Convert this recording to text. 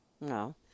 No